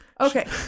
Okay